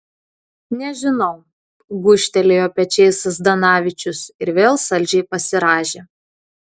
nežinau gūžtelėjo pečiais zdanavičius ir vėl saldžiai pasirąžė